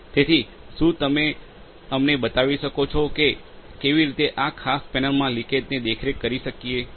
તેથી શું તમે અમને બતાવી શકો છો કે આપણે કેવી રીતે આ ખાસ પેનલમાં લિકેજને દેખરેખ કરી શકીએ